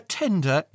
tender